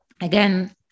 again